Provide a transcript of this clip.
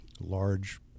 large